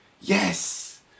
Yes